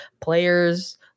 players